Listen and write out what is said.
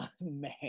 man